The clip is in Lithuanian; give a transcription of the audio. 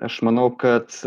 aš manau kad